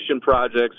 projects